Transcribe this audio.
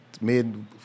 made